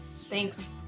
Thanks